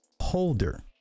holder